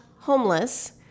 homeless